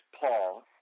Paul